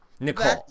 Nicole